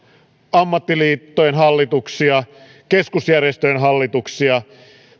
ammattiliittojen hallituksia keskusjärjestöjen hallituksia